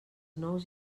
nous